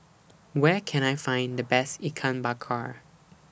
Where Can I Find The Best Ikan Bakar